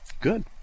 Good